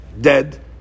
dead